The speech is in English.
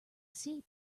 sea